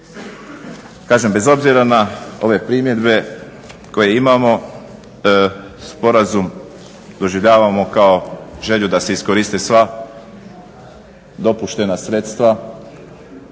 Kažem bez obzira na ove primjedbe koje imamo sporazum doživljavamo kao želju da se iskoriste sva dopuštena sredstva